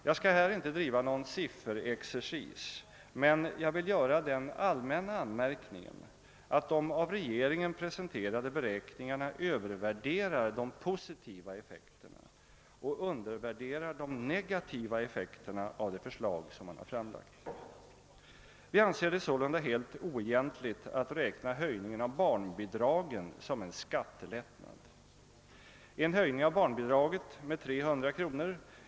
Jag: skall här inte driva någon sifferexercis, utan begränsar mig till den all-. männa anmärkningen att de av regeringen presenterade beräkningarna övervärderar de positiva effekterna och: undervärderar de negativa effekterna av det förslag man framlagt. Vi anser: det sålunda helt oegentligt att räkna: höjningen av barnbidragen som en skat-- telättnad. En höjning av barnbidraget med 300 kr.